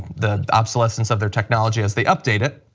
the obsolescence of their technology as they update it.